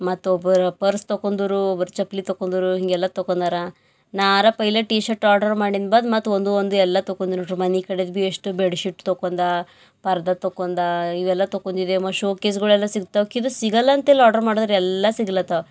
ಮತ್ತೊಬ್ಬರು ಪರ್ಸ್ ತೊಗೊಂದರೂ ಒಬ್ರು ಚಪ್ಲಿ ತೊಗೊಂದರು ಹಿಂಗೆಲ್ಲಾ ತೊಗೊಂದರ ನಾರಪ್ಪ ಇಲ್ಲೇ ಟೀ ಶರ್ಟ್ ಆರ್ಡ್ರ್ ಮಾಡಿನ ಬಂದು ಮತ್ತು ಒಂದು ಒಂದು ಎಲ್ಲ ತೊಗೊಂದ್ರು ಮನೆ ಕಡೆದು ಬಿ ಎಷ್ಟು ಬೆಡ್ ಶೀಟ್ ತೊಗೊಂದ ಪರ್ದ ತೊಗೊಂದ ಇವೆಲ್ಲಾ ತೊಗೊಂದಿದೆ ಮತ್ತು ಶೋಕೇಸ್ಗಳೆಲ್ಲ ಸಿಗ್ತಾವ ಕಿದ್ ಸಿಗಲ್ಲ ಅಂತಿಲ್ಲ ಆರ್ಡ್ರ್ ಮಾಡಿದ್ರ್ ಎಲ್ಲಾ ಸಿಗ್ಲತ್ತವ್